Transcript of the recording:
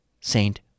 Saint